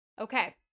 Okay